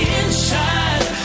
inside